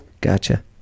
Gotcha